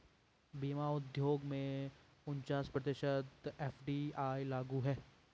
बीमा उद्योग में उनचास प्रतिशत एफ.डी.आई लागू है